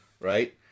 right